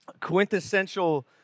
quintessential